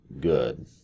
good